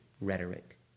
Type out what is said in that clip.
rhetoric